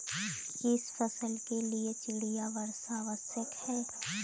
किस फसल के लिए चिड़िया वर्षा आवश्यक है?